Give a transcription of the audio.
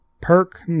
perk